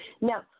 Now